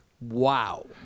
Wow